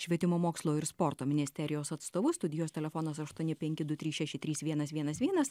švietimo mokslo ir sporto ministerijos atstovu studijos telefonas aštuoni penki du trys šeši trys vienas vienas vienas